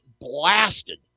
blasted